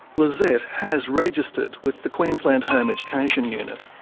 lezette has registered with the queensland home education unit.